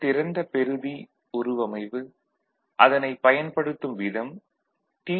திறந்த பெறுதி உருவமைவு அதனைப் பயன்படுத்தும் விதம் டி